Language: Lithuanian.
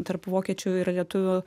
tarp vokiečių ir lietuvių